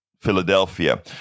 Philadelphia